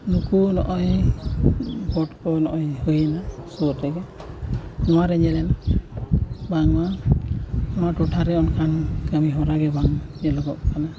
ᱱᱩᱠᱩ ᱱᱚᱜᱼᱚᱭ ᱵᱷᱳᱴ ᱠᱚ ᱱᱚᱜᱼᱚᱭ ᱦᱩᱭᱮᱱᱟ ᱥᱩᱨ ᱨᱮᱜᱮ ᱱᱚᱣᱟᱨᱮ ᱧᱮᱞ ᱧᱟᱢᱚᱜ ᱟᱭᱢᱟ ᱱᱚᱣᱟ ᱴᱚᱴᱷᱟᱨᱮ ᱚᱱᱠᱟᱱ ᱠᱟᱹᱢᱤᱦᱚᱨᱟ ᱜᱮ ᱵᱟᱝ ᱧᱮᱞᱚᱜᱚᱜ ᱠᱟᱱᱟ